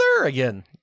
again